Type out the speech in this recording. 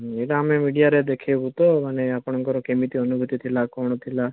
ଏଇଟା ଆମେ ମିଡ଼ିଆରେ ଦେଖାଇବୁ ତ ମାନେ ଆପଣଙ୍କର କେମିତି ଅନୁଭୂତି ଥିଲା କ'ଣ ଥିଲା